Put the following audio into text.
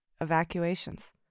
evacuations